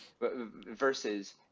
versus